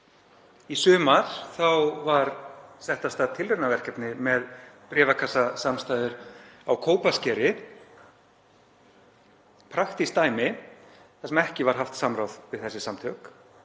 í sumar var sett af stað tilraunaverkefni með bréfakassasamstæður á Kópaskeri, praktískt dæmi þar sem ekki var haft samráð við þessi samtök,